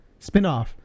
spinoff